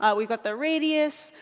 ah we've got the radius.